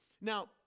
Now